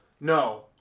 No